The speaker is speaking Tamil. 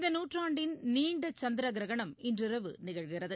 இந்தநூற்றாண்டின் நீண்டசந்திரகிரகணம் இன்றிரவு நிகழ்கிறது